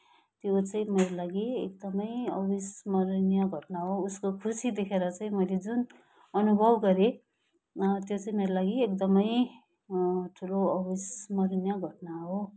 त्यो चाहिँ मेरो लागि एकदमै अविस्मरणीय घटना हो उसको खुसी देखेर चाहिँ मैले जुन अनुभव गरेँ त्यो चाहिँ मेरो लागि एकदमै ठुलो अविस्मरणीय घटना हो